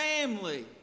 family